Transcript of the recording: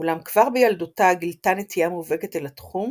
אולם כבר בילדותה גילתה נטייה מובהקת אל התחום,